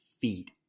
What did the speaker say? feet